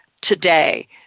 today